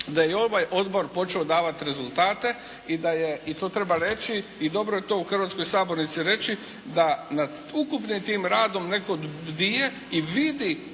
da je ovaj odbor počeo davati rezultate i da je i to treba reći i dobro je to u hrvatskoj sabornici reći da nad ukupnim tim radom neko di je i vidi